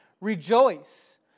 Rejoice